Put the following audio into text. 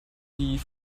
die